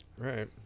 right